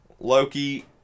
Loki